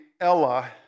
Ella